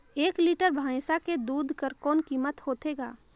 एक लीटर भैंसा के दूध कर कौन कीमत होथे ग?